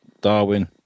Darwin